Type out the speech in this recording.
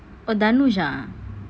oh Dhanush ah